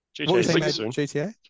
GTA